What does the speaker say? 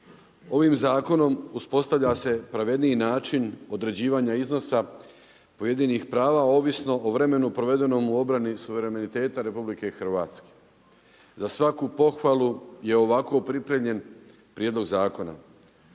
Ovim zakonom uspostavlja se pravedniji način određivanje iznosa pojedinih prava, ovisno o vremenu provedenom u obrani suvereniteta RH. Za svaku pohvalu je ovako pripremljen prijedlog zakona.